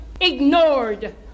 ignored